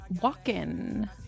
Walkin